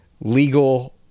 legal